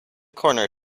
corner